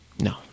No